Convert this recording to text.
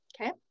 Okay